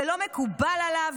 זה לא מקובל עליו,